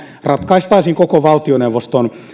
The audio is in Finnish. ratkaistaisiin koko valtioneuvoston